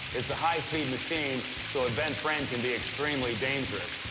it's a high-speed machine, so a bent frame can be extremely dangerous.